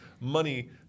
money